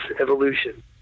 evolution